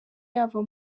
yava